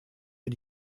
bin